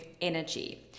energy